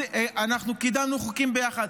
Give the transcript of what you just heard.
אנחנו קידמנו חוקים ביחד.